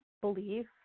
belief